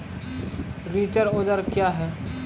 रिचर औजार क्या हैं?